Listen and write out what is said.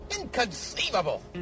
Inconceivable